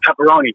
Pepperoni